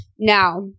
Now